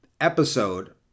episode